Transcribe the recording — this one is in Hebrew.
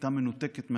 הייתה מנותקת מהיהדות,